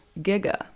Giga